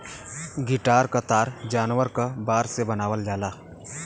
guitar क तार जानवर क बार से बनावल जाला